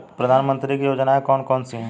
प्रधानमंत्री की योजनाएं कौन कौन सी हैं?